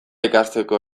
ikasteko